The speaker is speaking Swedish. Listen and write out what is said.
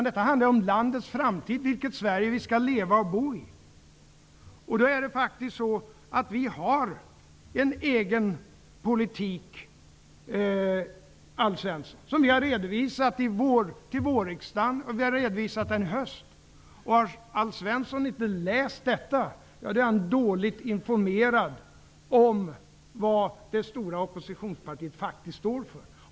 Det handlar om landets framtid och om ''vilket'' Sverige vi skall leva och bo i. Alf Svensson, vi har faktiskt en egen politik som vi redovisade till vårriksdagen. Vi har också redovisat den i höst. Om Alf Svensson inte har läst det här, så är han dåligt informerad om vad det stora oppositionspartiet faktiskt står för.